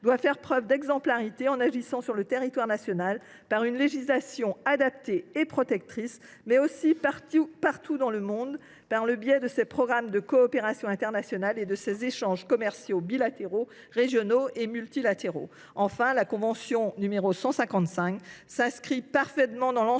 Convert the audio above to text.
doit faire preuve d’exemplarité en agissant sur le territoire national, par une législation adaptée et protectrice, mais aussi partout dans le monde, par le biais de ses programmes de coopération internationale et de ses échanges commerciaux bilatéraux, régionaux et multilatéraux. La convention n° 155 s’inscrit parfaitement dans l’ensemble